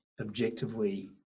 objectively